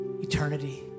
eternity